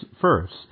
first